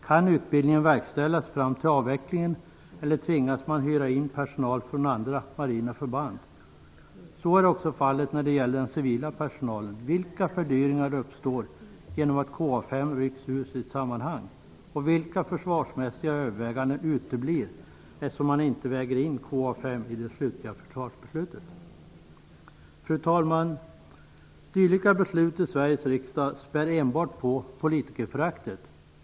Kan utbildningen verkställas fram till avvecklingen, eller tvingas man hyra in personal från andra marina förband? Så är också fallet när det gäller den civila personalen. Vilka fördyringar uppstår genom att KA 5 rycks ur sitt sammanhang? Vilka försvarsmässiga överväganden uteblir eftersom man inte väger in KA 5 i det slutliga försvarsbeslutet. Fru talman! Dylika beslut i Sveriges riksdag späder enbart på politikerföraktet.